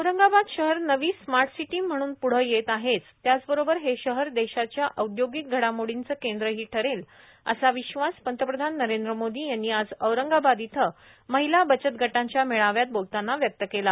औरंगाबाद शहर नवी smart city म्हणून पुढे येत आहेचए त्याचबरोबर हे शहर देशाच्या औद्योगिक घडामोडींचे केंद्रही ठरेलए असा विश्वास पंतप्रधान नरेंद्र मोदी यांनी आज औरंगाबाद इथं महिला बचत गटांच्या मेळाव्यात बोलताना व्यक्त केला